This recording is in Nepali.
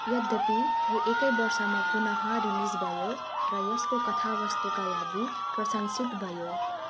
यद्यपि यो एकै वर्षमा पुन रिलिज भयो र यसको कथावस्तुका लागि प्रशंसित भयो